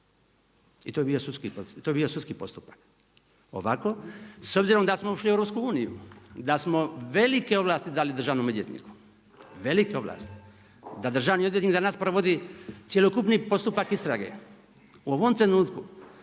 i to bi bio sudski postupak. Ovako, s obzirom da smo ušli u EU, da smo velike ovlasti dali državnom odvjetniku, velike ovlasti, da državni odvjetnik danas provodi cjelokupni postupak istrage, u ovom trenutku